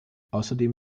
außerdem